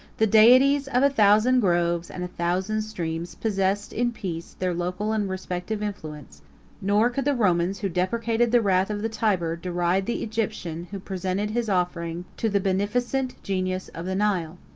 the deities of a thousand groves and a thousand streams possessed, in peace, their local and respective influence nor could the romans who deprecated the wrath of the tiber, deride the egyptian who presented his offering to the beneficent genius of the nile.